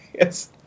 yes